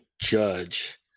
judge